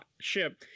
ship